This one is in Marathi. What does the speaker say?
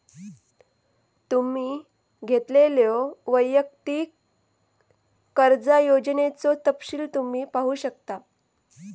तुम्ही घेतलेल्यो वैयक्तिक कर्जा योजनेचो तपशील तुम्ही पाहू शकता